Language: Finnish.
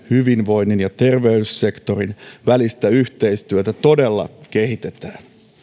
hyvinvoinnin ja terveyssektorin välistä yhteistyötä todella kehitetään